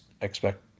expect